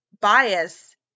bias